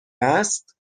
است